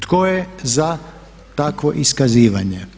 Tko je za takvo iskazivanje?